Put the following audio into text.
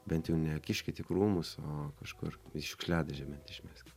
bent jau nekiškit į krūmus o kažkur į šiukšliadėžę bent išmeskit